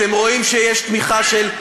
אתם רואים שיש תמיכה של,